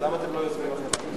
אז למה אתם לא יוזמים החלטה כזאת?